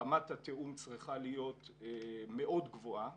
רמת התיאום צריכה להיות מאוד גבוהה.